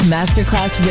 Masterclass